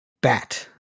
bat